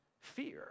fear